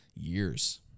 Years